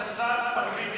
משנכנס השר מרבים בשמחה.